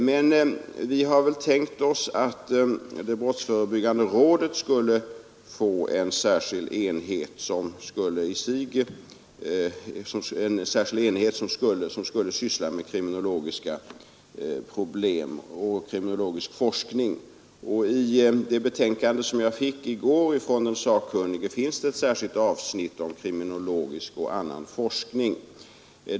Men vi har väl tänkt oss att det brottsförebyggande rådet skulle få en särskild enhet som skulle syssla med kriminologiska problem och kriminologisk forskning. I det betänkande jag fick i går från den sakkunnige finns ett särskilt avsnitt om kriminologisk och annan forskning.